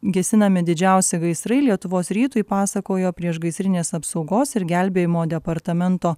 gesinami didžiausi gaisrai lietuvos rytui pasakojo priešgaisrinės apsaugos ir gelbėjimo departamento